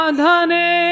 Adhane